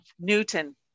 Newton